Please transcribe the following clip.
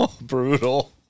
Brutal